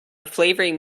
flavouring